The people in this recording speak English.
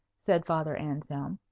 said father anselm,